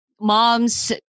mom's